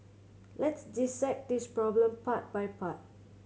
let's dissect this problem part by part